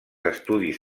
estudis